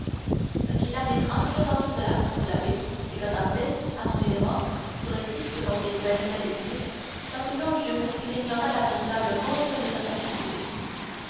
ce qu'il y a d'étrange dans tout cela reprit l'abbé c'est que dantès à son lit de mort sur le christ dont il baisait les pieds m'a toujours juré qu'il ignorait la véritable cause de sa captivité